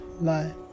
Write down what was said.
lie